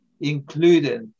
included